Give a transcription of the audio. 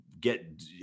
get